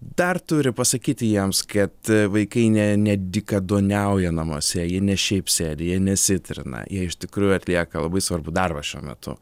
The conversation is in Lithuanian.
dar turi pasakyti jiems kad vaikai ne nedykaduoniauja namuose ne šiaip sėdi jie nesitrina jie iš tikrųjų atlieka labai svarbų darbą šiuo metu